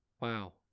Wow